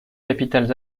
capitales